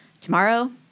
tomorrow